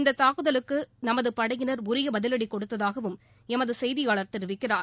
இந்த தாக்குதலுக்கு நமது படையினர் உரிய பதிவடி கொடுத்ததாகவும் எமது செய்தியாளர் தெரிவிக்கிறார்